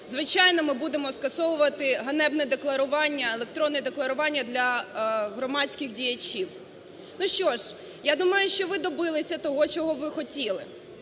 звичайно, ми будемо скасовувати ганебне декларування, електронне декларування для громадських діячів. Ну що ж, я думаю, що ви добилися того, чого ви хотіли.